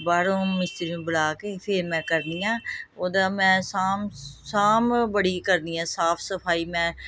ਬਾਹਰੋਂ ਮਿਸਤਰੀ ਨੂੰ ਬੁਲਾ ਕੇ ਫਿਰ ਮੈਂ ਕਰਦੀ ਹਾਂ ਉਹਦਾ ਮੈਂ ਸਾਂਭ ਸਾਂਭ ਬੜੀ ਕਰਦੀ ਹਾਂ ਸਾਫ ਸਫਾਈ ਮੈਂ